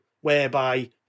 whereby